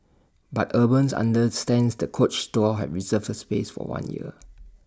but urban understands the coach store have reserved the space for one year